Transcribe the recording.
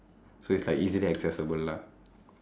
so it's like easily accessible lah